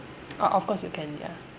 o~ of course you can ya